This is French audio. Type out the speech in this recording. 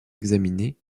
examinées